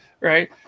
Right